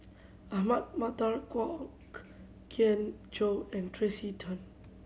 Ahmad Mattar Kwok Kian Chow and Tracey Tan